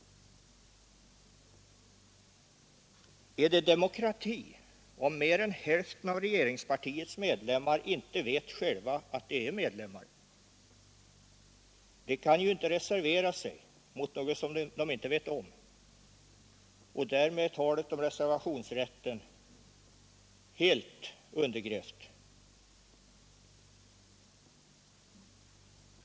Är det demokrati, om mer än hälften av regeringspartiets medlemmar inte vet själva att de är medlemmar? De kan ju inte reservera sig mot något som de inte vet om Därmed är talet om reservationsrätten helt undergrävt.